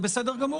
זה בסדר גמור.